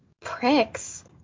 Pricks